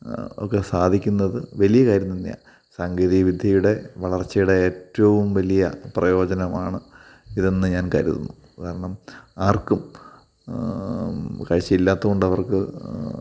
ഒക്കെ സാധിക്കുന്നത് വലിയ കാര്യം തന്നെയാണ് സാങ്കേതിക വിധ്യയുടെ വളര്ച്ചയുടെ ഏറ്റവും വലിയ പ്രയോജനമാണ് ഇതെന്ന് ഞാന് കരുതുന്നു കാരണം ആര്ക്കും കാഴ്ച ഇല്ലാത്തോണ്ട് അവര്ക്ക്